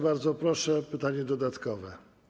Bardzo proszę o pytanie dodatkowe.